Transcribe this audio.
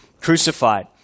crucified